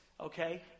okay